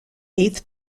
eighth